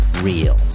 Real